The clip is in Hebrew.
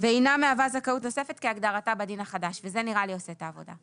ואינה מהווה זכאות נוספת כהגדרתה בדין החדש וזה נראה לי עושה את העבודה.